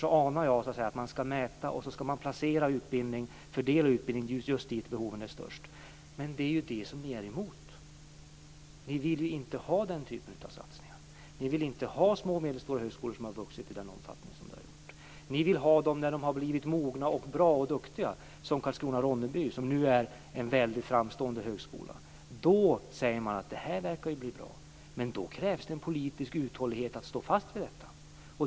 Jag anar att det skall ske en mätning och sedan skall utbildningen fördelas där behoven är störst. Men det är det som ni är emot. Ni vill inte ha den typen av satsningar. Ni vill inte ha små och medelstora högskolor som har vuxit i den omfattning de har gjort. Ni vill ha dem när de har blivit mogna, bra och duktiga. Karlskrona/Ronneby är nu en väldigt framstående högskola. Då säger ni att detta verkar bli kvar. Men det krävs en politisk uthållighet att stå fast vid det.